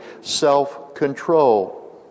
self-control